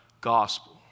gospel